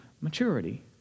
maturity